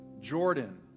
Jordan